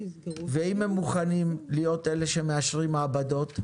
ואם הם מוכנים להיות אלה שמאשרים מעבדות,